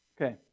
Okay